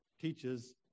teaches